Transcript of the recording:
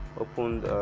opened